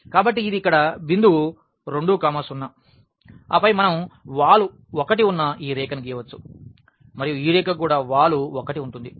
కాబట్టి ఇది ఇక్కడ బిందువు 2 0 ఆపై మనం వాలు 1 ఉన్న ఈ రేఖను గీయవచ్చు మరియు ఈ రేఖకు కూడా వాలు 1 ఉంటుంది